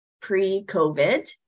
pre-COVID